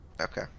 Okay